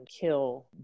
kill